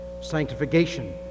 sanctification